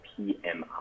PMI